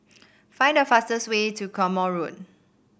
find the fastest way to Quemoy Road